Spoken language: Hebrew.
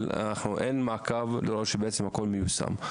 אבל אין מעקב לראות שהכול מיושם.